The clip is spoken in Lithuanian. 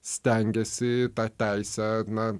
stengiasi tą teisę na